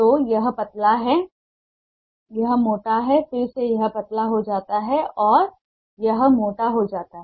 तो यह पतला है यह मोटा है फिर से यह पतला हो जाता है और यह मोटा हो जाता है